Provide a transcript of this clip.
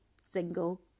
single